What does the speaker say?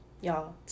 Y'all